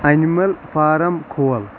animal form کھول